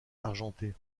argenté